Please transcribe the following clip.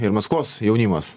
ir maskvos jaunimas